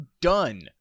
done